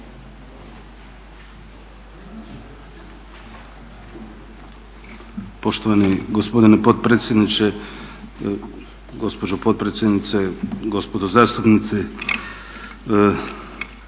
Poštovani gospodine potpredsjedniče, gospođo potpredsjednice, gospodo zastupnici.